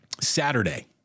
Saturday